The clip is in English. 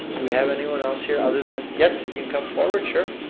do we have anyone else here other than, yes, if you can come forward, sure.